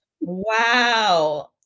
Wow